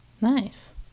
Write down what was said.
Nice